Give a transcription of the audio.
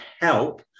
help